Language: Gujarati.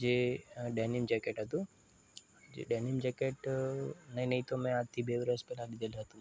જે ડેનિમ જૅકેટ હતું જે ડેનિમ જૅકેટ નહીં નહીં તો મેં આજથી બે વર્ષ પહેલાં લીધેલું હતું